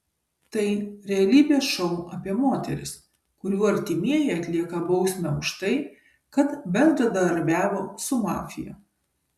tai realybės šou apie moteris kurių artimieji atlieka bausmę už tai kad bendradarbiavo su mafija